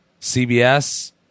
CBS